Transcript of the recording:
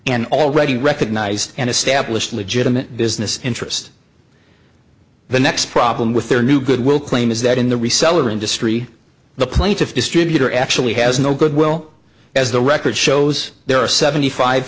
an already recognized and established legitimate business interest the next problem with their new good will claim is that in the reseller industry the plaintiff distributor actually has no goodwill as the record shows there are seventy five